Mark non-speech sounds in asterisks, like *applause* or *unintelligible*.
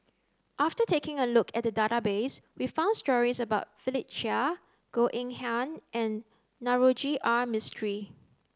after taking a look at *unintelligible* we found stories about Philip Chia Goh Eng Han and Navroji R Mistri